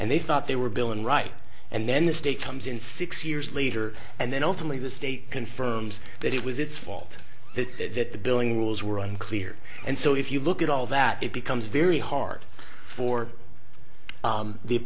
and they thought they were billing right and then the state comes in six years later and then ultimately the state confirms that it was it's fault that the billing rules were unclear and so if you look at all that it becomes very hard for